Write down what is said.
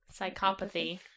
psychopathy